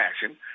passion